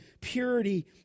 purity